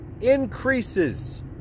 increases